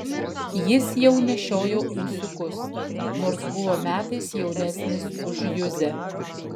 jis jau nešiojo ūsiukus nors buvo metais jaunesnis už juzę